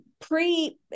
pre